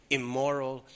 immoral